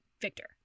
Victor